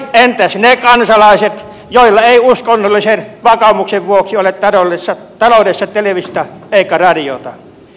tai entäs ne kansalaiset joilla ei uskonnollisen vakaumuksen vuoksi ole taloudessa televisiota eikä radiota